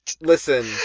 Listen